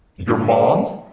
your mom,